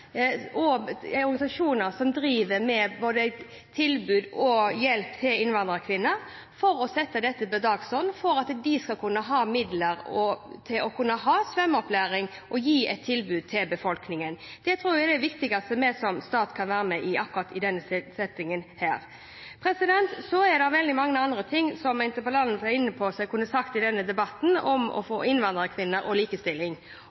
til organisasjoner som driver med både tilbud og hjelp til innvandrerkvinner, sette dette på dagsordenen slik at de skal ha midler til å kunne ha svømmeopplæring og gi et tilbud til befolkningen. Det tror jeg er det viktigste vi som stat kan være med på akkurat i denne settingen. Det er også veldig mange andre ting interpellanten var inne på, som jeg kunne ha sagt noe om i denne debatten, som innvandrerkvinner og likestilling. Nøkkelen her er å få til både språkopplæring og